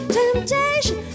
temptation